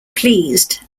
pleased